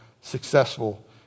successful